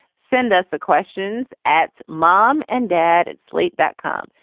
send us the questions at mom and dad at slate that com.